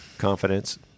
confidence